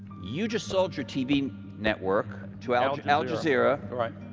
you just sold your tv network to al al jazeera right.